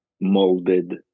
molded